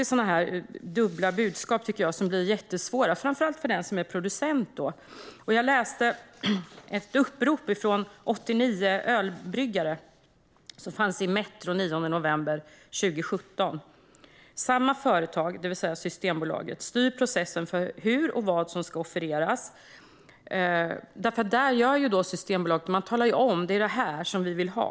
Sådana här dubbla budskap tycker jag blir jättesvåra, framför allt för den som är producent. Jag läste ett upprop från 89 ölbryggare i Metro den 9 november 2017, där de säger att samma företag, det vill säga Systembolaget, styr processen för hur och vad som ska offereras. Systembolaget talar alltså om att det är det här man vill ha.